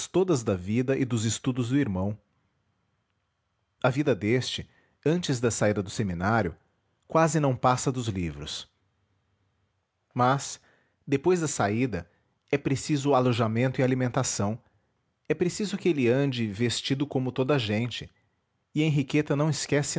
todas da vida e dos estudos do irmão a vida deste antes da saída do seminário quase não passa dos livros mas depois da saída é preciso alojamento e alimentação é preciso que ele ande vestido como toda gente e henriqueta não esquece